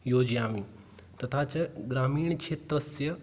योजयामि तथा च ग्रामीणक्षेत्रस्य